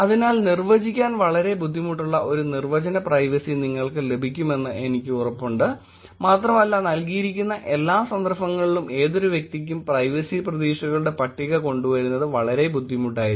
അതിനാൽ നിർവ്വചിക്കാൻ വളരെ ബുദ്ധിമുട്ടുള്ള ഒരു നിർവചന പ്രൈവസി നിങ്ങൾക്ക് ലഭിക്കുമെന്ന് എനിക്ക് ഉറപ്പുണ്ട് മാത്രമല്ല നൽകിയിരിക്കുന്ന എല്ലാ സന്ദർഭങ്ങളിലും ഏതൊരു വ്യക്തിക്കും പ്രൈവസി പ്രതീക്ഷകളുടെ പട്ടിക കൊണ്ടുവരുന്നത് വളരെ ബുദ്ധിമുട്ടാണ്